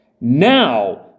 Now